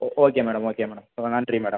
ஓ okay madam okay madam ரொம்ப நன்றி madam